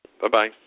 Bye-bye